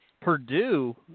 Purdue